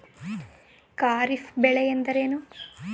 ಖಾರಿಫ್ ಬೆಳೆ ಎಂದರೇನು?